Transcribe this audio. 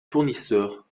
fournisseur